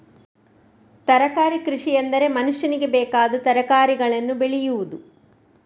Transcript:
ತರಕಾರಿ ಕೃಷಿಎಂದರೆ ಮನುಷ್ಯನಿಗೆ ಬೇಕಾದ ತರಕಾರಿಗಳನ್ನು ಬೆಳೆಯುವುದು